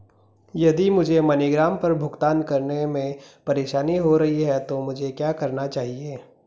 यदि मुझे मनीग्राम पर भुगतान करने में परेशानी हो रही है तो मुझे क्या करना चाहिए?